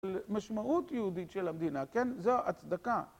משמעות יהודית של המדינה, כן? זה הצדקה.